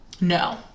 no